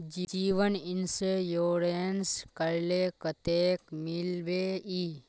जीवन इंश्योरेंस करले कतेक मिलबे ई?